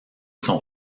son